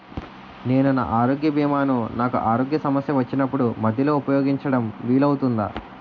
నేను నా ఆరోగ్య భీమా ను నాకు ఆరోగ్య సమస్య వచ్చినప్పుడు మధ్యలో ఉపయోగించడం వీలు అవుతుందా?